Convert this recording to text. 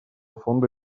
фонда